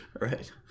Right